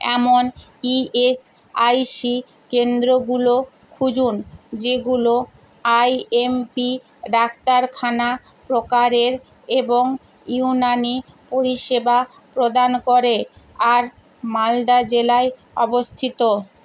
এমন ইএসআইসি কেন্দ্রগুলো খুঁজুন যেগুলো আইএমপি ডাক্তারখানা প্রকারের এবং ইউনানি পরিষেবা প্রদান করে আর মালদা জেলায় অবস্থিত